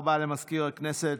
תודה רבה למזכיר הכנסת.